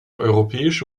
europäische